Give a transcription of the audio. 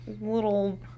little